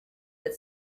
but